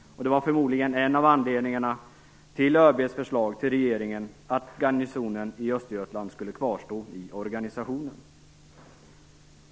Det var förmodligen en av anledningarna till ÖB:s förslag till regeringen att garnisonen i Östergötland skulle kvarstå i organisationen.